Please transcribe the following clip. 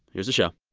here's the show